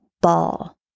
ball